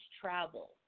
travel